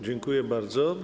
Dziękuję bardzo.